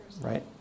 Right